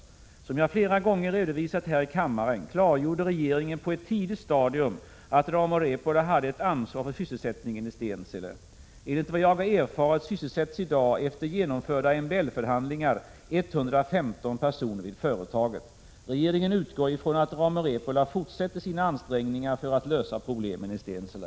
Som jag flera gånger redovisat här i kammaren klargjorde regeringen på ett tidigt stadium att Rauma Repola hade ett ansvar för sysselsättningen i Stensele. Enligt vad jag erfarit sysselsätts i dag, efter genomförda MBL-förhandlingar, 115 personer vid företaget. Regeringen utgår från att Rauma Repola fortsätter sina ansträngningar för att lösa problemen i Stensele.